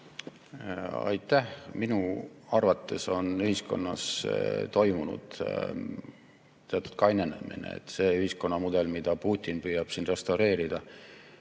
Aitäh! Minu arvates on ühiskonnas toimunud teatud kainenemine. See ühiskonna mudel, mida Putin püüab restaureerida,